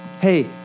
Hey